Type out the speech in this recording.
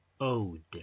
ode